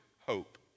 hope